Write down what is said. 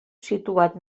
situat